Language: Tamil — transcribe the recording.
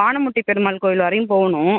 வானமுட்டி பெருமாள் கோவில் வரயும் போகனும்